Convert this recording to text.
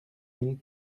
mille